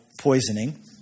poisoning